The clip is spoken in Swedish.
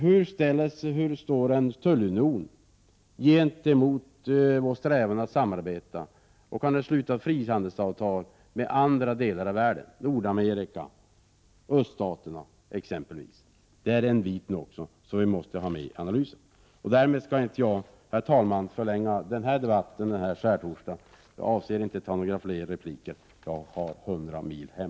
Hur ställer sig en tullunion gentemot vår strävan att samarbeta och kunna sluta frihandelsavtal med länder i andra delar av världen, t.ex. med länderna i Nordamerika och med Öststatsländerna? Detta är något som vi också måste ha med i analysen. Jag skall inte, herr talman, förlänga debatten denna skärtorsdag. Jag avser inte att gå upp i några fler repliker. Jag har hundra mil hem.